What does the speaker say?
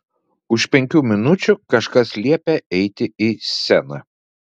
už penkių minučių kažkas liepia eiti į sceną